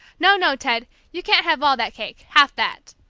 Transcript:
no, no, ted! you can't have all that cake. half that!